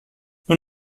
nur